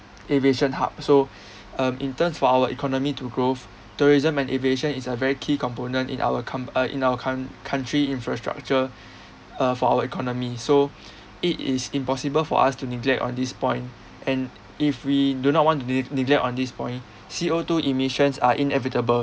aviation hub so um in terms for our economy to growth tourism and aviation is a very key component in our com~ uh in our coun~ country infrastructure uh for our economy so it is impossible for us to neglect on this point and if we do not want to ne~ neglect on this point C_O two emissions are inevitable